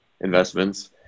investments